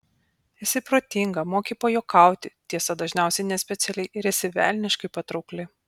esi protinga moki pajuokauti tiesa dažniausiai nespecialiai ir esi velniškai patraukli